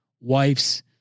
wives